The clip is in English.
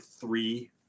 three